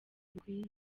bikwiye